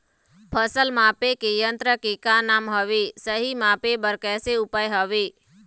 फसल मापे के यन्त्र के का नाम हवे, सही मापे बार कैसे उपाय हवे?